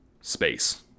Space